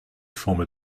former